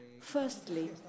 Firstly